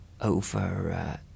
over